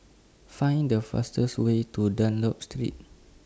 Find The fastest Way to Dunlop Street